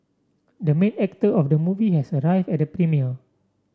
the main actor of the movie has arrive at premiere